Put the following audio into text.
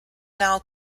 now